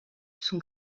sont